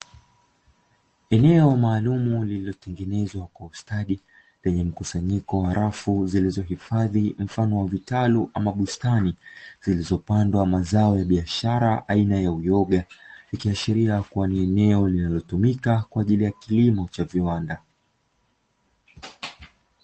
Eneo maalumu lililotengenezwa kwa ustadi, lenye mkusanyiko wa rafu zilizohifadhi mfano wa vitalu ama bustani, zilizopandwa mazao ya biashara aina ya uyoga, ikiashiria kuwa ni eneo linalotumika kwa ajili ya kilimo cha viwanda.